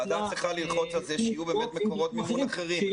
הוועדה צריכה ללחוץ שיהיו מקורות מימון אחרים,